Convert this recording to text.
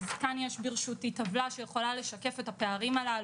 אז יש ברשותי כאן טבלה שיכולה לשקף את הפערים הללו,